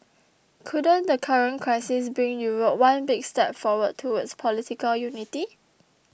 couldn't the current crisis bring Europe one big step forward towards political unity